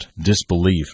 disbelief